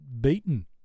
beaten